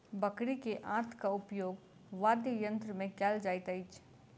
बकरी के आंतक उपयोग वाद्ययंत्र मे कयल जाइत अछि